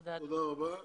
תודה רבה,